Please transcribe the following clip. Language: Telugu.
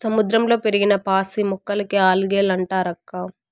సముద్రంలో పెరిగిన పాసి మొక్కలకే ఆల్గే లంటారక్కా